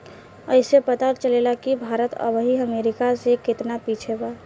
ऐइसे पता चलेला कि भारत अबही अमेरीका से केतना पिछे बा